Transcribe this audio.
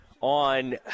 on –